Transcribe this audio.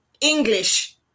English